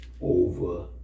over